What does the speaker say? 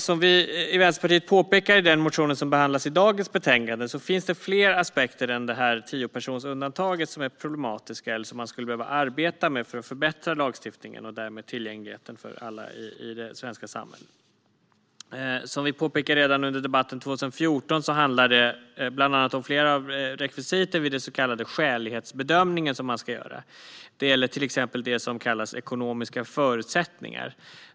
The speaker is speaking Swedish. Som vi i Vänsterpartiet påpekar i den motion som behandlas i dagens betänkande finns det fler aspekter än tiopersonsundantaget som är problematiska eller som man skulle behöva arbeta med för att förbättra lagstiftningen och därmed tillgängligheten för alla i det svenska samhället. Som vi påpekade redan under debatten 2014 handlar det bland annat om flera rekvisit vid den så kallade skälighetsbedömningen. Det gäller till exempel det som kallas ekonomiska förutsättningar.